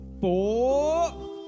four